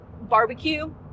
barbecue